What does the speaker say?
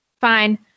fine